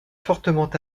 fortement